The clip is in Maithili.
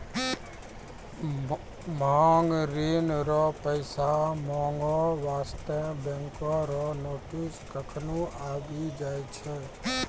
मांग ऋण रो पैसा माँगै बास्ते बैंको रो नोटिस कखनु आबि जाय छै